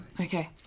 Okay